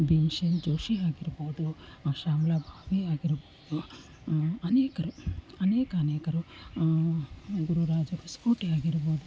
ಭೀಮ್ಸೇನ್ ಜೋಶಿ ಆಗಿರ್ಬೋದು ಶ್ಯಾಮಲ ಭಾವಿ ಆಗಿರ್ಬೋದು ಅನೇಕರು ಅನೇಕ ಅನೇಕರು ಗುರುರಾಜ ಹೊಸಕೋಟೆ ಆಗಿರ್ಬೋದು